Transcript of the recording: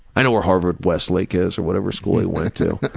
i know where harvard westlake is. or whatever school he went to.